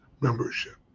membership